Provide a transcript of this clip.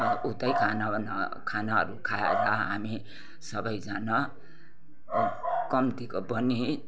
उतै खानावाना खानाहरू खाएर हामी सबैजना कम्तीको पनि